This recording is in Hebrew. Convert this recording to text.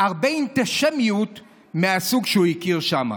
הרבה אנטישמיות מהסוג שהוא הכיר שם.